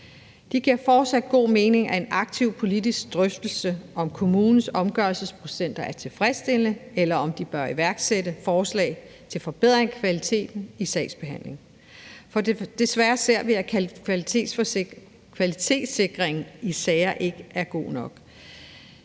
Det giver fortsat god mening at have en aktiv politisk drøftelse om, om kommunernes omgørelsesprocenter er tilfredsstillende, eller om de bør iværksætte forslag til forbedring af kvaliteten i sagsbehandlingen. For desværre ser vi, at kvalitetssikringen i sager ikke er god nok.